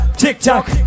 tiktok